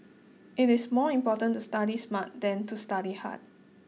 it is more important to study smart than to study hard